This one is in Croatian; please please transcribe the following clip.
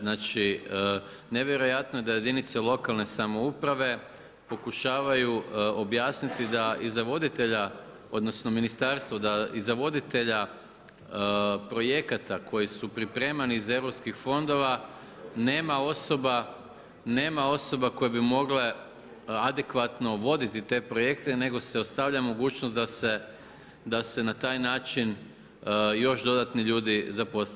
Znači nevjerojatno je da jedinice lokalne samouprave pokušavaju objasniti da i za voditelja odnosno da ministarstvo i za voditelja projekata koji su pripremani iz europskih fondova nema osoba koje bi mogle adekvatno voditi te projekte nego se ostavlja mogućnost da se na taj način još dodatni ljudi zaposle.